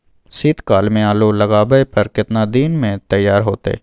शीत काल में आलू लगाबय पर केतना दीन में तैयार होतै?